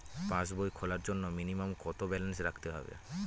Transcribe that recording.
পাসবই খোলার জন্য মিনিমাম কত ব্যালেন্স রাখতে হবে?